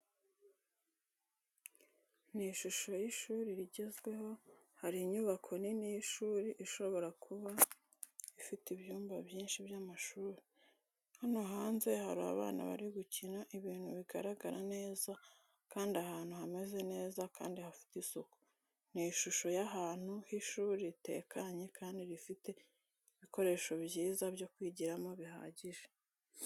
Ni ishusho y'ishuri rigezweho. Hari inyubako nini y'ishuri ishobora kuba ifite ibyumba byinshi by'amashuri. Hano hanze hari abana bari gukina, ibintu bigaragara neza, kandi ahantu hameze neza kandi hafite isuku. Ni ishusho y'ahantu h'ishuri ritekanye kandi rifite ibikoresho byiza byo kwigiramo bihagije.